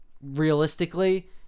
realistically